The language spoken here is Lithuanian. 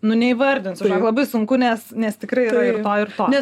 nu neįvardinsiu žinok labai sunku nes nes tikrai yra ir to ir to